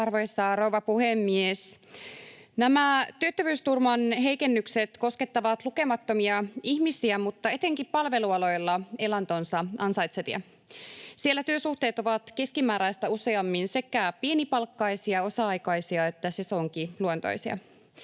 Arvoisa rouva puhemies! Nämä työttömyysturvan heikennykset koskettavat lukemattomia ihmisiä mutta etenkin palvelualoilla elantonsa ansaitsevia. Siellä työsuhteet ovat keskimääräistä useammin sekä pienipalkkaisia, osa-aikaisia että sesonkiluontoisia.